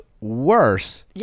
worse